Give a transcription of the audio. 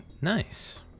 Nice